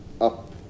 up